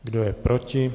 Kdo je proti?